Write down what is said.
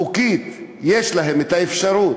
חוקית, יש להם את האפשרות,